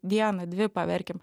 dieną dvi paverkim